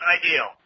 ideal